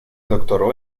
doctoró